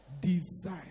Desire